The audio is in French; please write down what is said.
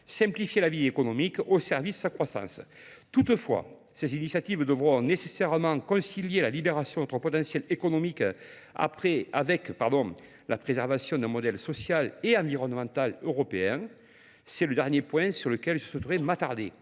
Simplifier la vie économique au service s'accroissance. Toutefois, ces initiatives devront nécessairement concilier la libération entre potentiels économiques avec la préservation d'un modèle social et environnemental européen. C'est le dernier point sur lequel je souhaiterais m'attarder.